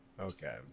Okay